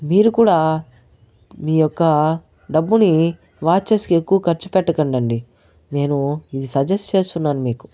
మీరు కూడా మీ యొక్క డబ్బుని వాచెస్ కి ఎక్కువ ఖర్చు పెట్టకండి అండి నేను ఇది సజెస్ట్ చేస్తున్నాను మీకు